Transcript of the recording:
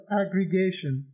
aggregation